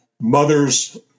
mother's